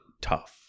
tough